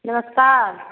गिरफ्तार